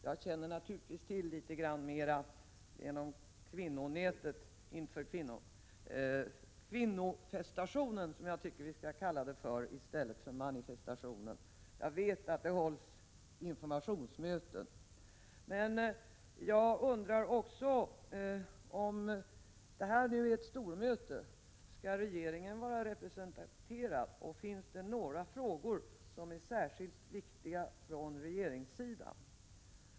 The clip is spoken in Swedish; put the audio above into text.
Jag känner naturligtvis till litet mera genom kvinnonätet inför ”kvinnofestationen”, som jag tycker vi skall kalla det i stället för manifestationen. Jag vett.ex. att det hålls informationsmöten. Men jag undrar också: Om detta nu är ett stormöte, skall regeringen då vara representerad, och finns det några frågor som är särskilt viktiga för regeringens del?